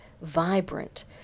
vibrant